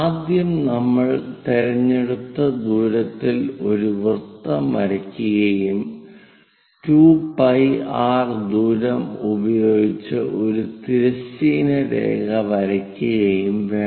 ആദ്യം നമ്മൾ തിരഞ്ഞെടുത്ത ദൂരത്തിൽ ഒരു വൃത്തം വരയ്ക്കുകയും 2πr ദൂരം ഉപയോഗിച്ച് ഒരു തിരശ്ചീന രേഖ വരയ്ക്കുകയും വേണം